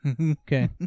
Okay